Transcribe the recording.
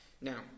Now